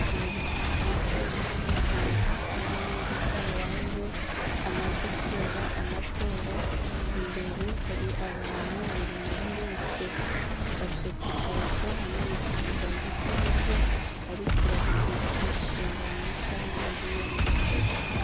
Inzu yicayemo abantu intebe zisa orange hamaze kubera amatora, imbere hari abantu buri muntu wese afashe ku idarapo amanitse ikiganza cy'iburyo ari kurahirira inshingano nshya yinjiyemo.